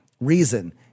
reason